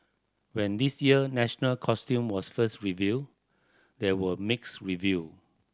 when this year national costume was first revealed there were mixed review